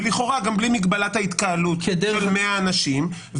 ולכאורה גם בלי מגבלת ההתקהלות של 100 אנשים,